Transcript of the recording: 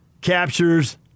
captures